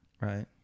Right